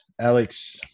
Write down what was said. Alex